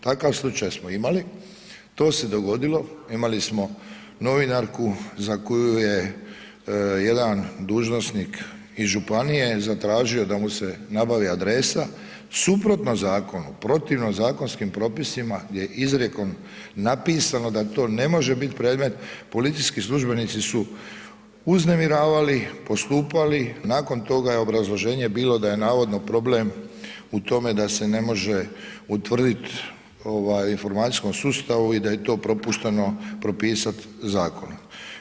Takav slučaj smo imali, to se dogodilo, imali smo novinarku za koju je jedan dužnosnik iz županije zatražio da mu se nabavi adresa suprotno zakonu, protivno zakonskim propisima gdje je izrijekom napisano da to ne može bit predmet, policijski službenici su uznemiravali, postupali nakon toga je obrazloženje bilo da je navodno problem u tome da se ne može utvrdit ovaj u informacijskom sustavu i da je to propušteno propisat zakonom.